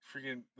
freaking